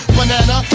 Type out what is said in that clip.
Banana